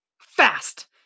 fast